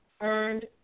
earned